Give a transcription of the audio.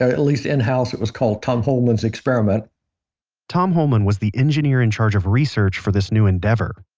at least in house, it was called tom holman's experiment tom holman was the engineer in charge of research for this new endeavor.